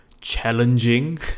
challenging